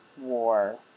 war